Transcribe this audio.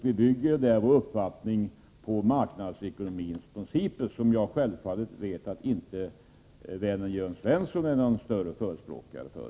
Vi bygger vår uppfattning på marknadsekonomins principer, som jag självfallet vet att vännen Jörn Svensson inte är någon större förespråkare för.